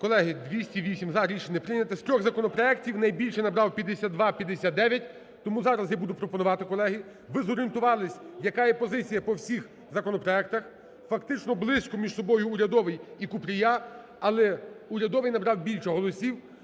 Колеги, 208 – за. Рішення не прийнято. З трьох законопроектів найбільше набрав 5259, тому зараз я буду пропонувати, колеги, ви зорієнтувалися яка є позиція по всіх законопроектах, фактично близько між собою урядовий і Купрія, але урядовий набрав більше голосів.